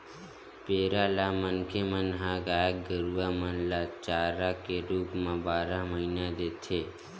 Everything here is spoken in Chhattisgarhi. पेरा ल मनखे मन ह गाय गरुवा मन ल चारा के रुप म बारह महिना देथे